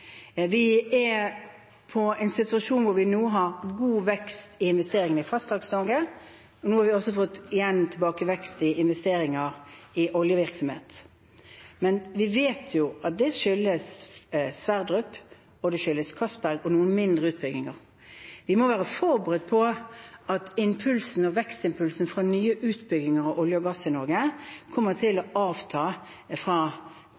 Vi er nå i en situasjon hvor vi har god vekst i investeringene i Fastlands-Norge. Vi har også fått tilbake igjen vekst i investeringer i oljevirksomhet, men vi vet jo at det skyldes utbyggingene av Johan Sverdrup og Johan Castberg og noen mindre utbygginger. Vi må være forberedt på at impulsen og vekstimpulsen fra nye utbygginger innen olje og gass i Norge kommer til å avta fra